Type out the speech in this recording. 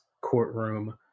courtroom